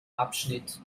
abschnitt